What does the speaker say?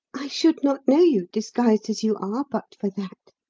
i should not know you, disguised as you are, but for that.